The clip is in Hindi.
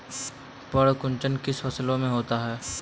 पर्ण कुंचन किन फसलों में होता है?